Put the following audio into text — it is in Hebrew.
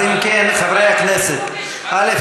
אז אם כן, חברי הכנסת, א.